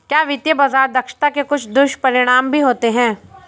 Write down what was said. क्या वित्तीय बाजार दक्षता के कुछ दुष्परिणाम भी होते हैं?